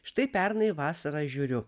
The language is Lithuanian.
štai pernai vasarą žiūriu